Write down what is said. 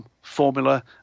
formula